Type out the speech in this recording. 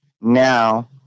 now